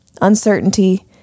uncertainty